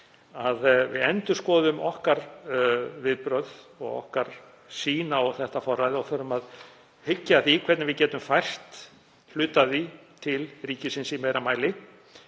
að við endurskoðum viðbrögð okkar og sýn á þetta forræði og förum að hyggja að því hvernig við getum fært hluta af því til ríkisins í meira mæli.